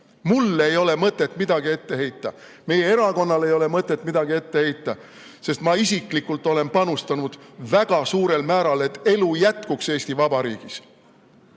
Mulle ei ole mõtet midagi ette heita, meie erakonnale ei ole mõtet midagi ette heita, sest ma isiklikult olen panustanud väga suurel määral, et elu jätkuks Eesti Vabariigis.